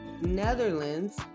Netherlands